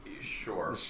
Sure